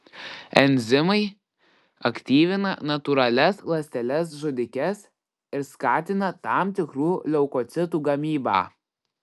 enzimai aktyvina natūralias ląsteles žudikes ir skatina tam tikrų leukocitų gamybą